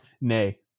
Nay